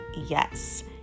yes